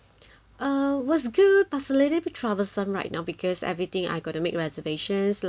was good but is a little bit troublesome right now because everything I got to make reservations like for